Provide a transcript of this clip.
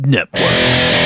Networks